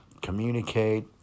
Communicate